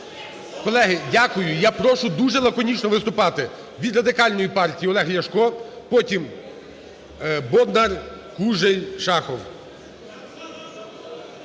Колеги! Дякую. Я прошу дуже лаконічно виступати. Від Радикальної партії Олег Ляшко. Потім Бондар, Кужель, Шахов.